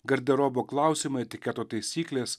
garderobo klausimai etiketo taisyklės